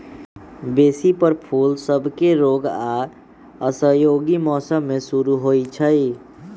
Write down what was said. बेशी तर फूल सभके रोग आऽ असहयोगी मौसम में शुरू होइ छइ